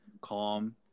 calm